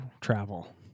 travel